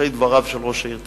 אחרי דבריו של ראש העיר תל-אביב,